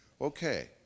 Okay